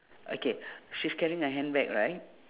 okay she's carrying a handbag right